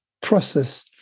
process